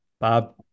Bob